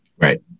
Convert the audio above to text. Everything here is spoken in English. right